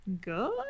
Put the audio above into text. good